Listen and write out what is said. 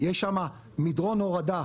יש שם מדרון הורדה.